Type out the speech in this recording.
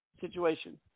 situation